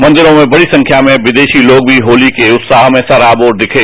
मंदिरों में बढ़ी संख्या में विदेशी लोग भी होली के उत्साह में सराबोर दिखे